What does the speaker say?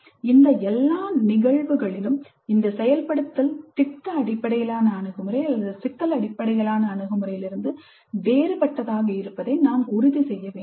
இந்த எல்லா நிகழ்வுகளிலும் இந்த செயல்படுத்தல் திட்ட அடிப்படையிலான அணுகுமுறை அல்லது சிக்கல் அடிப்படையிலான அணுகுமுறையிலிருந்து வேறுபட்டதாக இருப்பதை உறுதி செய்ய வேண்டும்